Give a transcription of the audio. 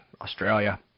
Australia